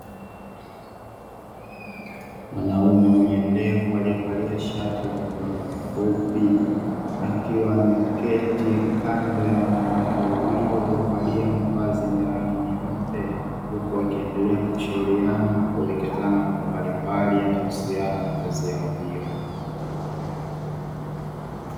Mwanaume mwenye ndevu aliyevalia shati la mikono mifupi, akiwa ameketi kando ya wanawake wawili; waliovalia mavazi yenye rangi nyeupe, huku wakiendelea kushauriana mambo mbalimbali yanayohusiana na kazi yao hiyo.